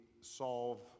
solve